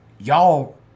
Y'all